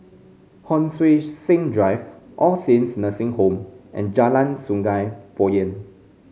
Hon Sui Sen Drive All Saints Nursing Home and Jalan Sungei Poyan